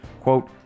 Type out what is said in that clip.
quote